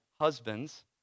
husbands